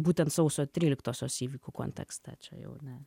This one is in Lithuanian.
būtent sausio tryliktosios įvykių kontekste čia jau ne